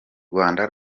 rwanda